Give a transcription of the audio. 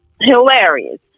hilarious